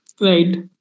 Right